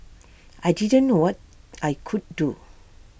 I didn't know what I could do